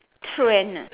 trend ah